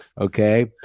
okay